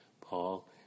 Paul